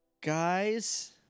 Guys